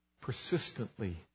persistently